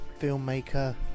filmmaker